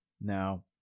Now